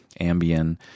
Ambien